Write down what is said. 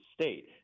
state